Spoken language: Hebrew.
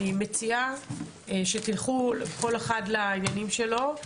בגופי תשתיות משרד התחבורה הוא המשרד הרלוונטי,